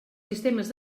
sistemes